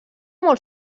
molt